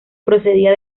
procedía